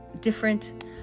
different